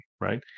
right